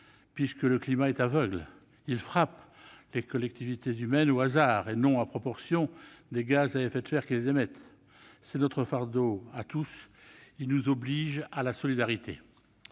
puisque le climat est aveugle : il frappe les collectivités humaines au hasard, et non à proportion des gaz à effet de serre qu'elles émettent. C'est notre fardeau à tous ; il nous oblige à la solidarité.